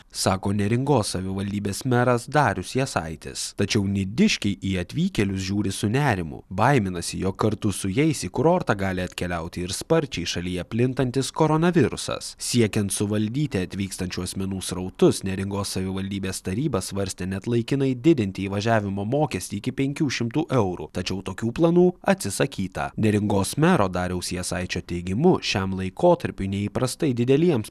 sako neringos savivaldybės meras darius jasaitis tačiau nidiškiai į atvykėlius žiūri su nerimu baiminasi jog kartu su jais į kurortą gali atkeliauti ir sparčiai šalyje plintantis koronavirusas siekiant suvaldyti atvykstančių asmenų srautus neringos savivaldybės taryba svarstė net laikinai didinti įvažiavimo mokestį iki penkių šimtų eurų tačiau tokių planų atsisakyta neringos mero dariaus jasaičio teigimu šiam laikotarpiui neįprastai dideliems